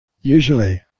Usually